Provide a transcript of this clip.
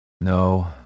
No